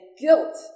guilt